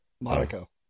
Monaco